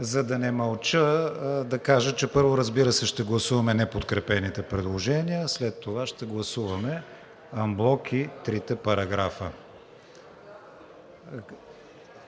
За да не мълча, да кажа, че първо, разбира се, ще гласуваме неподкрепените предложения, след това ще гласуваме анблок и трите параграфа.